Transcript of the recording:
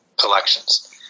collections